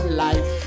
life